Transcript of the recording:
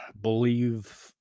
believe